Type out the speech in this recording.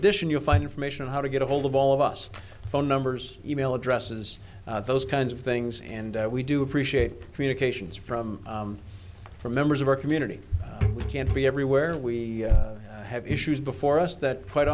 addition you'll find information on how to get ahold of all of us phone numbers email addresses those kinds of things and we do appreciate communications from from members of our community can't be everywhere we have issues before us that quite